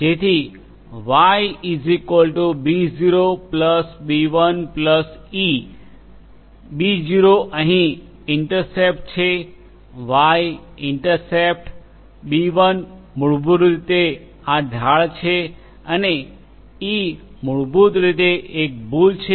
જેથી Y B0 B1 e Y B zero B one E B0બીઝીરો અહીં ઈન્ટરસેપ્ટ વાય ઇન્ટરસેપ્ટ B1બીવન મૂળભૂત રીતે આ ઢાળ છે અને eઇ મૂળભૂત રીતે એક ભૂલ છે